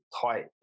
tight